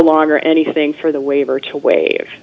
longer anything for the waiver to waive